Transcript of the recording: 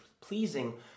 pleasing